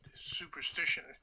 Superstition